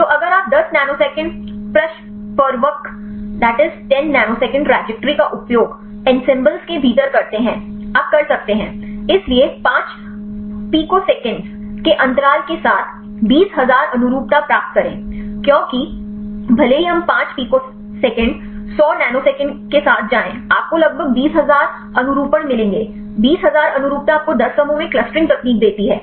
तो अगर आप 10 नैनोसेकंड प्रक्षेपवक्र का उपयोग ensembles के भीतर करते हैं आप कर सकते हैं इसलिए 5 पिकोसेकंड के अंतराल के साथ 20000 अनुरूपता प्राप्त करें क्योंकि भले ही हम 5 पिकोसॉकंड 100 नैनोसेकंड के साथ जाएं आपको लगभग 20000 अनुरूपण मिलेंगे 20000 अनुरूपता आपको 10 समूहों में क्लस्टरिंग तकनीक देती है